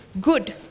good